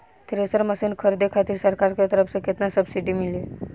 Thresher machine खरीदे खातिर सरकार के तरफ से केतना सब्सीडी मिली?